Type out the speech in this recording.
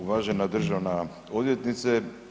Uvažena državna odvjetnice.